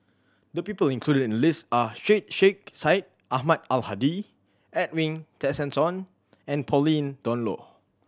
the people included in the list are Syed Sheikh Syed Ahmad Al Hadi Edwin Tessensohn and Pauline Dawn Loh